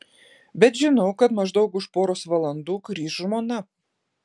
bet žinau kad maždaug už poros valandų grįš žmona